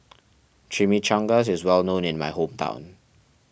Chimichangas is well known in my hometown